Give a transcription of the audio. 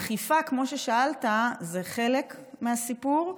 אכיפה, כמו ששאלת, זה חלק מהסיפור.